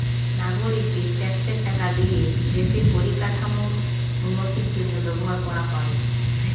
নাগরিকদের ট্যাক্সের টাকা লিয়ে দেশের পরিকাঠামোর উন্নতির জন্য ব্যবহার করা হয়